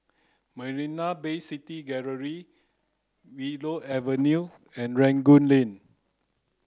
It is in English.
Marina Bay City Gallery Willow Avenue and Rangoon Lane